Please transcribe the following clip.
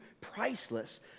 priceless